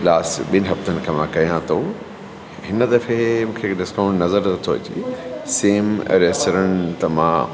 last ॿिनि हफ़्तनि खां मां कयां थो हिन दफ़े मूंखे डिस्काउंट नज़र नथो अचे सेम रेस्टोरेंट मां